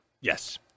Yes